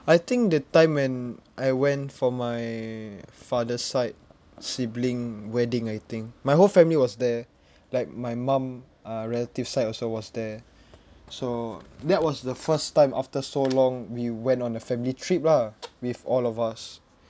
I think that time when I went for my father's side sibling wedding I think my whole family was there like my mum uh relative side also was there so that was the first time after so long we went on a family trip lah with all of us